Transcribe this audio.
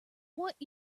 what